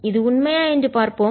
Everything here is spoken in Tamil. இது உண்மையா என்று பார்ப்போம்